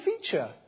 feature